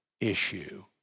issue